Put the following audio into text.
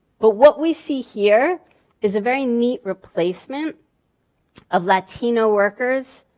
but what we see here is a very neat replacement of latino workers